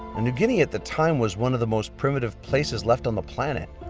new guinea at the time was one of the most primitive places left on the planet.